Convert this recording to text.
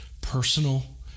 personal